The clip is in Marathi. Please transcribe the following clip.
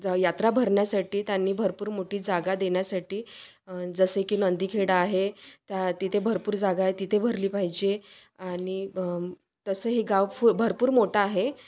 ज यात्रा भरण्यासाठी त्यांनी भरपूर मोठी जागा देण्यासाठी जसे की नंदीखेड आहे त्या तिथे भरपूर जागा आहे तिथे भरली पाहिजे आणि तसं हे गाव फू भरपूर मोठं आहे